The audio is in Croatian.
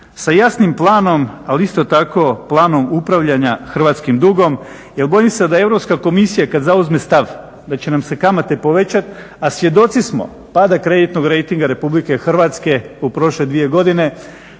sa jasnim planom, ali isto tako planom upravljanja hrvatskim dugom. Jer bojim se da Europska komisija kad zauzme stav da će nam se kamate povećati a svjedoci smo pada kreditnog rejtinga RH u prošle dvije godine